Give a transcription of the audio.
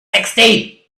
sixteen